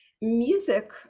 music